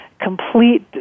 complete